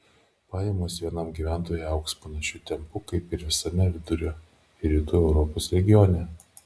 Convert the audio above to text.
pajamos vienam gyventojui augs panašiu tempu kaip ir visame vidurio ir rytų europos regione